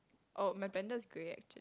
oh my blender is grey actually